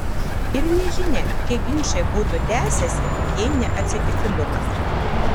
ir nežinia kiek ginčai būtų tęsęsi jei ne atsitiktinumas